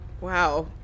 Wow